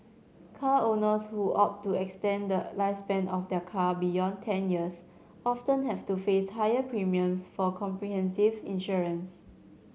car owners who opt to extend the lifespan of their car beyond ten years often have to face higher premiums for comprehensive insurance